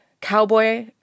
cowboy